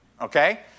Okay